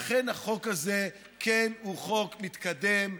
לכן החוק הזה הוא חוק מתקדם,